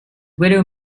widow